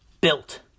Built